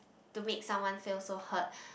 to make someone feel so hurt